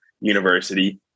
University